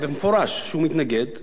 הרי הדברים נאמרו בעיתון לא בהסתר.